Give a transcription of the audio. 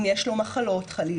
אם יש לו מחלות חלילה,